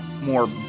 more